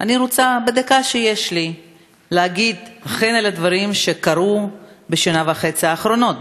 אני רוצה בדקה שיש לי להגיב על הדברים שקרו בשנה וחצי האחרונות,